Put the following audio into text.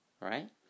right